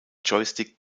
joystick